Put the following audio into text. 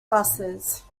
buses